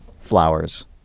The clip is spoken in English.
flowers